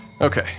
Okay